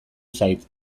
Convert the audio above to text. zait